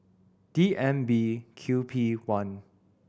D M B Q P one